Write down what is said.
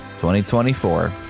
2024